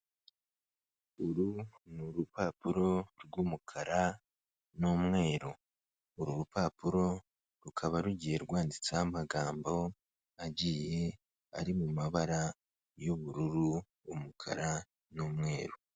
Uru ni urupapuro rw'umukara n'umweru, uru rupapuro rukaba rugiye rwanditseho amagambo agiye ari mu mabara y'ubururu, umukara n'umweru.